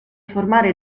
formare